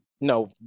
No